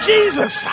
Jesus